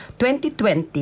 2020